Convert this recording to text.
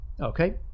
Okay